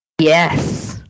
Yes